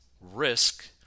risk